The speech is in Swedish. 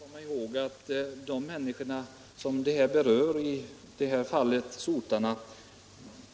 Herr talman! Jag tror det är mycket viktigt att komma ihåg de människor som berörs av denna fråga, sotarna.